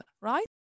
right